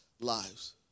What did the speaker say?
lives